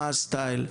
מה הסטייל.